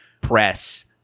press